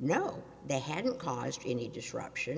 no they hadn't caused any disruption